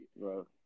Bro